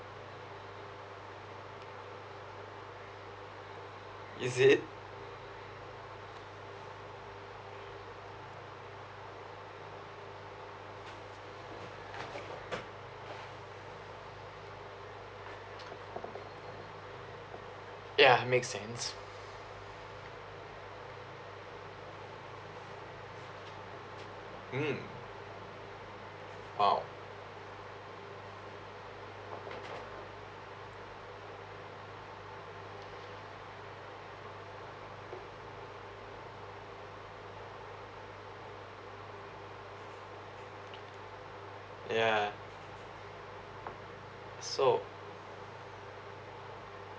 is it ya it makes sense mm !wow! yeah so